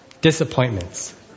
Disappointments